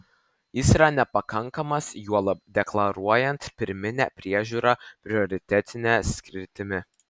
jis yra nepakankamas juolab deklaruojant pirminę priežiūrą prioritetine sritimi